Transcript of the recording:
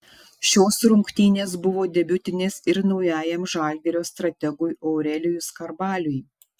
šios rungtynės buvo debiutinės ir naujajam žalgirio strategui aurelijui skarbaliui